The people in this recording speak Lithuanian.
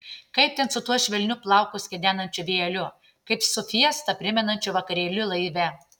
kaip ten su tuo švelniu plaukus kedenančiu vėjeliu kaip su fiestą primenančiu vakarėliu laive